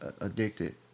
addicted